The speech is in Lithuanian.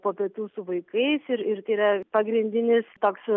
po pietų su vaikais ir ir yra pagrindinis toks